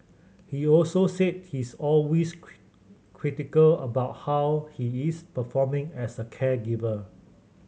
he also said he's often critical about how he is performing as a caregiver